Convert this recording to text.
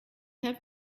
have